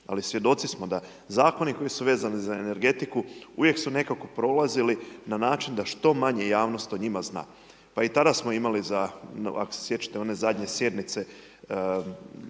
ali svjedoci smo da Zakoni koji su vezani za energetiku, uvijek su nekako prolazili na način da što manje javnost o njima zna. Pa i tada smo imali za, ako se sjećate one zadnje sjednice